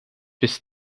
bis